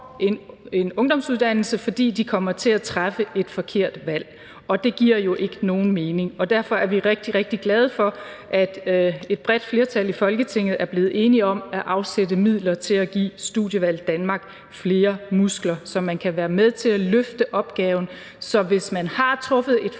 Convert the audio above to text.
en ungdomsuddannelse, fordi de kommer til at træffe et forkert valg, og det giver ikke nogen mening. Derfor er vi rigtig, rigtig glad for, at et bredt flertal i Folketinget er blevet enige om at afsætte midler til at give Studievalg Danmark flere muskler, så man kan være med til at det løfte opgaven, sådan at hvis man har truffet et